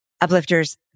Uplifters